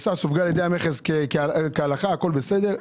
סווגה על ידי המכס כהלכה הכול בסדר,